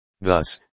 Thus